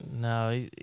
No